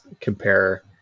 compare